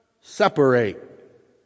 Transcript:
separate